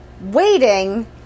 waiting